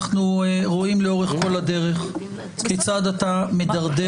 אנחנו רואים לאורך כל הדרך כיצד אתה מדרדר